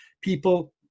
people